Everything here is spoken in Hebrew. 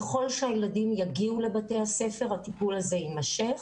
ככל שהילדים יגיעו לבתי הספר, הטיפול הזה יימשך.